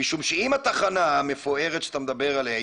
משום שאם התחנה המפוארת שאתה מדבר עליה,